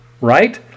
right